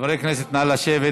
חברי הכנסת, נא לשבת.